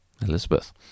Elizabeth